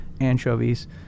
anchovies